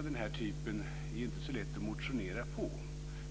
Det är inte så lätt att motionera med anledning av en skrivelse av denna typ.